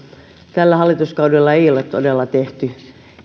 tällä hallituskaudella ei ole todella tehty